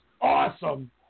awesome